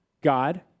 God